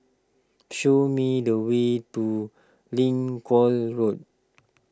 show me the way to Lincoln Road